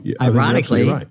ironically